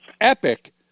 epic